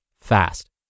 fast